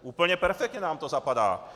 Úplně perfektně nám to zapadá.